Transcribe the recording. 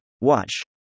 Watch